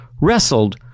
wrestled